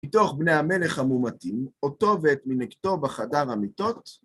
מתוך בני המלך המומתים, אותו ואת מינקתו בחדר המיטות